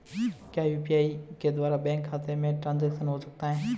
क्या यू.पी.आई के द्वारा बैंक खाते में ट्रैन्ज़ैक्शन हो सकता है?